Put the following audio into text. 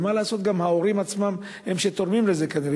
מה לעשות, גם ההורים עצמם הם שתורמים לכך, כנראה.